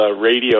radio